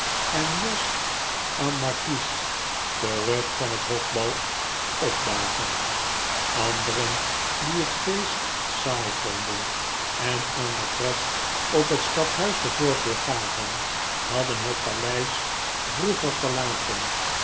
en jos en marquis terug van het hof bal opdagen anderen die het feest saai vonden en aan de pret op het stadhuis de voorkeur gaven hadden het paleis vroeger verlaten